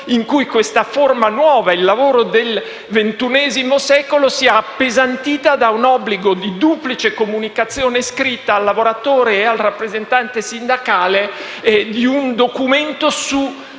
in cui questa forma nuova del lavoro del XXI secolo sia appesantita da un obbligo di duplice comunicazione scritta al lavoratore e al rappresentante sindacale di un documento su